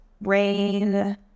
rain